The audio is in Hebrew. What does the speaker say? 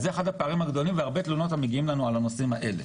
זה אחד הפערים והרבה תלונות מגיעות אלינו על הנושאים האלה.